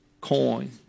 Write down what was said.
coin